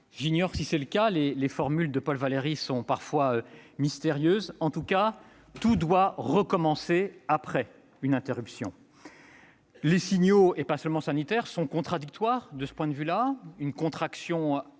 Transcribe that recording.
J'ignore si tel est le cas. Les formules de Paul Valéry sont parfois mystérieuses ... En tout cas, tout doit recommencer après une interruption. Les signaux, pas seulement sanitaires, sont contradictoires de ce point de vue. On annonce une contraction inédite,